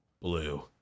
blue